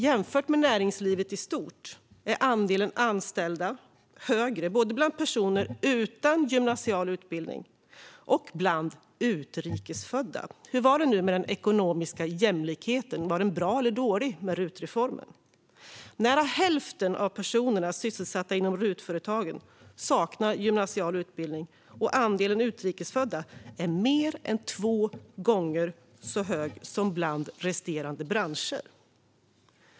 Jämfört med näringslivet i stort är andelen anställda högre både bland personer utan gymnasial utbildning och bland utrikesfödda. Hur var det nu med den ekonomiska jämlikheten? Var den bra eller dålig med RUT-reformen? Nära hälften av personerna sysselsatta inom RUT-företagen saknar gymnasial utbildning, och andelen utrikesfödda är mer än två gånger så hög som bland resterande branscher.